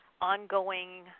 ongoing